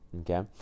okay